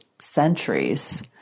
centuries